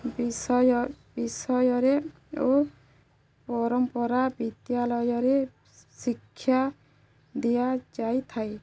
ବିଷୟ ବିଷୟରେ ଓ ପରମ୍ପରା ବିଦ୍ୟାଲୟରେ ଶିକ୍ଷା ଦିଆଯାଇଥାଏ